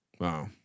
Wow